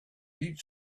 heat